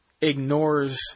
ignores